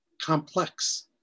complex